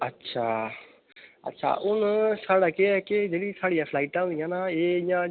अच्छा अच्छा हून साढ़ा केह् ऐ कि जेह्ड़ी साढ़ियां फ्लाइटां होंदियां न एह् इ'यां